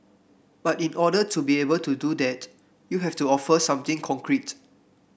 but in order to be able to do that you have to offer something concrete